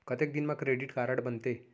कतेक दिन मा क्रेडिट कारड बनते?